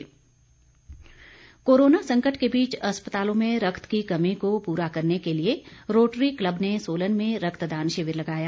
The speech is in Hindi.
रक्तदान कोरोना संकट के बीच अस्पतालों में रक्त की कमी को पूरा करने के लिए रोटरी क्लब ने सोलन में रक्तदान शिविर लगाया